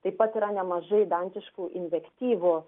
taip pat yra nemažai dantiškų invektyvų